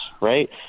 right